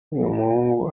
uyumuhungu